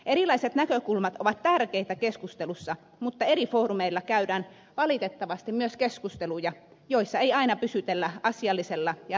erilaiset näkökulmat ovat tärkeitä keskustelussa mutta eri foorumeilla käydään valitettavasti myös keskusteluja joissa ei aina pysytellä asiallisella ja rakentavalla linjalla